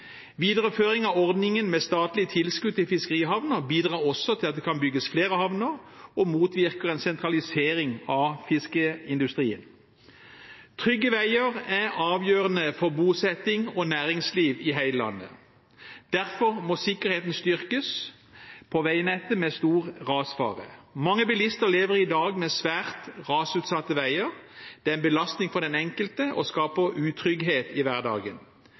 Videreføring av ordningen med statlig tilskudd til fiskerihavner bidrar også til at det kan bygges flere havner, og det motvirker sentralisering av fiskeindustrien. Trygge veier er avgjørende for bosetting og næringsliv i hele landet. Derfor må sikkerheten styrkes på veier med stor rasfare. Mange bilister lever i dag med svært rasutsatte veier, som er en belastning for den enkelte og skaper utrygghet i hverdagen.